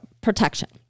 protection